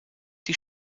die